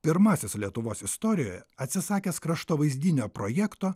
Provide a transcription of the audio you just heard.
pirmasis lietuvos istorijoje atsisakęs kraštovaizdinio projekto